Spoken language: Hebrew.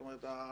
זאת אומרת,